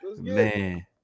Man